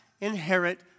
inherit